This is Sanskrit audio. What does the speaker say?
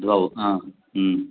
द्वौ हा